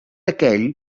aquell